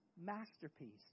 masterpiece